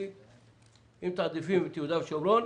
אם מתעדפים את יהודה ושומרון,